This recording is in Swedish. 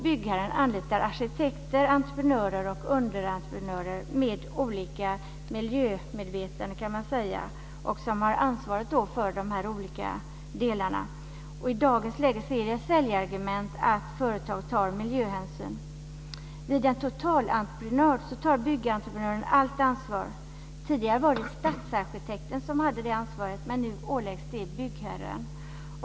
Byggherren anlitar arkitekter, entreprenörer och underentreprenörer med olika miljömedvetenhet, kan man säga, som har ansvaret för de här olika delarna. I dagens läge är det ett säljargument att ett företag tar miljöhänsyn. Vid en totalentreprenad tar byggentreprenören allt ansvar. Tidigare var det stadsarkitekten som hade det ansvaret men nu åläggs det byggherren.